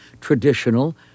traditional